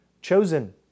chosen